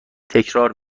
تکرار